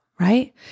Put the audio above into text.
Right